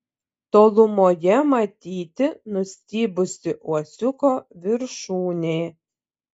tolumoje matyti nustybusi uosiuko viršūnė